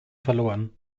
verloren